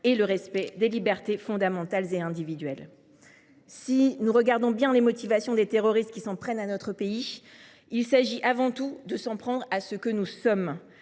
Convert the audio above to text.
et le respect des libertés fondamentales et individuelles. Regardons attentivement les motivations des terroristes qui s’en prennent à notre pays : il s’agit avant tout de s’attaquer à ce que nous sommes,